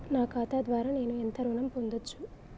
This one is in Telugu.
నా ఖాతా ద్వారా నేను ఎంత ఋణం పొందచ్చు?